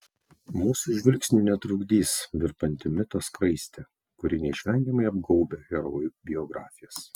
mūsų žvilgsniui netrukdys virpanti mito skraistė kuri neišvengiamai apgaubia herojų biografijas